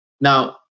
Now